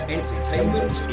Entertainment